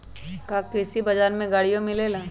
का कृषि बजार में गड़ियो मिलेला?